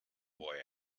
boy